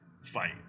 fight